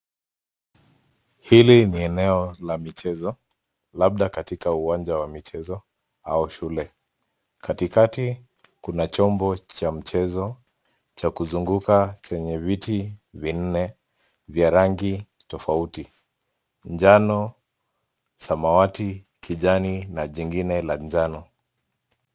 Hili ni eneo la michezo labda katika uwanja wa michezo au shule. Katikati kuna chombo cha mchezo cha kuzunguka chenye viti vinne vya rangi tofauti, njano, samwati, kijani na jingine la njano.